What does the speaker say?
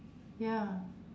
ya